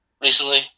recently